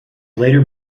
later